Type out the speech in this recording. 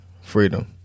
Freedom